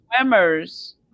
swimmers